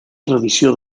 tradició